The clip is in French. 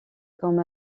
comme